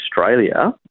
australia